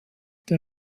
der